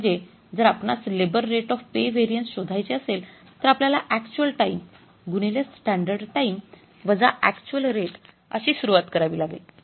म्हणजे जर आपणास labour rate of pay variance शोधायचे असेल तर आपल्याला अक्चुअल टाईम गुणिले स्टॅंडर्ड टाइम वजा अक्चुअल रेट अशी सुरवात करावी लागेल